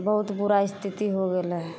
बहुत बुरा स्थिति हो गेल रहै